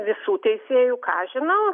visų teisėjų ką aš žinau